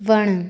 वणु